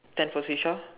ten for shisha